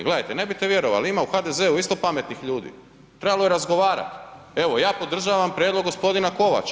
Gledajte, ne bite vjerovali ima u HDZ-u isto pametnih ljudi, trebalo je razgovarati, evo ja podržavam prijedlog gospodina Kovača.